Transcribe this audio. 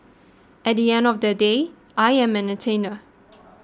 at the end of they day I am an entertainer